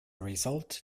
result